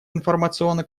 информационно